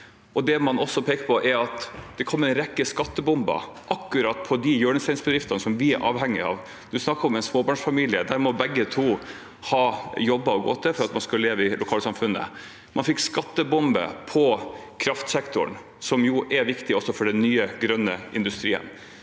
Det man også pekte på, var at det kom en rekke skattebomber akkurat mot de hjørnesteinsbedriftene som de er avhengige av. Representanten snakker om småbarnsfamilier – der må begge ha jobber å gå til for at man skal leve i lokalsamfunnet. Man fikk en skattebombe for kraftsektoren, som jo er viktig også for den nye, grønne industrien,